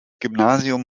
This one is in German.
gymnasium